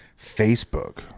Facebook